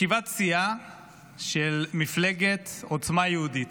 ישיבת סיעה של מפלגת עוצמה יהודית,